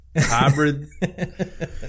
hybrid